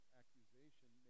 accusation